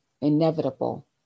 inevitable